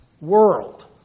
world